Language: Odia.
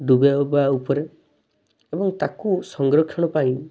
ଡୁବାଇବା ଉପରେ ଏବଂ ତାକୁ ସଂରକ୍ଷଣ ପାଇଁ